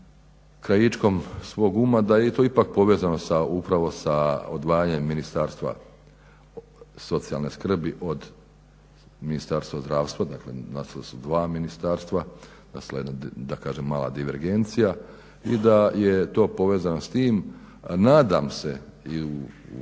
krajičkom svog uma da je i to povezano sa odvajanjem Ministarstva socijalne skrbi od Ministarstva zdravstva dakle nastala su dva ministarstva, nastala je da kažem mala divergencija i da je to povezano s tim. Nadam se i